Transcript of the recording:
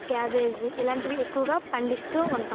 cabbage ఇలాంటివి ఎక్కువగా పండిస్తూ ఉంటాం